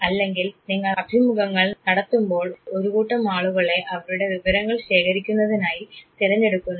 അല്ലെങ്കിൽ നിങ്ങൾ അഭിമുഖങ്ങൾ നടത്തുമ്പോൾ ഒരുകൂട്ടം ആളുകളെ അവരുടെ വിവരങ്ങൾ ശേഖരിക്കുന്നതിനായി തെരഞ്ഞെടുക്കുന്നു